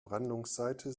brandungsseite